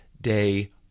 day